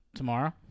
tomorrow